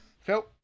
Phil